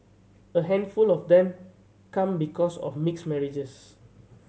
a handful of them come because of mixed marriages